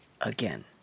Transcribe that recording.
again